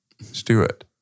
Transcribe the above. Stewart